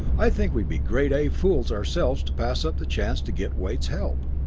i think we'd be grade a fools ourselves to pass up the chance to get wade's help.